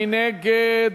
מי נגד?